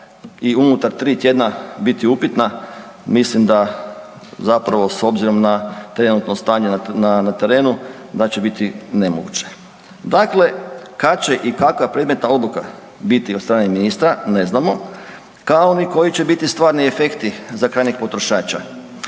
i unutar 3 tjedna biti upitna, mislim da zapravo s obzirom na trenutno stanje na terenu da će biti nemoguće. Dakle, kad će i kakva predmetna odluka biti od strane ministra ne znamo, kao ni koji će biti stvarni efekti za krajnjeg potrošača.